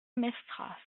mestras